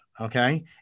okay